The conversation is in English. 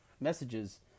messages